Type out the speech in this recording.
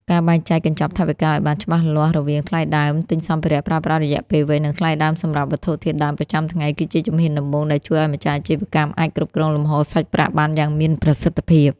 ការបែងចែកកញ្ចប់ថវិកាឱ្យបានច្បាស់លាស់រវាងថ្លៃដើមទិញសម្ភារៈប្រើប្រាស់រយៈពេលវែង និងថ្លៃដើមសម្រាប់វត្ថុធាតុដើមប្រចាំថ្ងៃ គឺជាជំហានដំបូងដែលជួយឱ្យម្ចាស់អាជីវកម្មអាចគ្រប់គ្រងលំហូរសាច់ប្រាក់បានយ៉ាងមានប្រសិទ្ធភាព។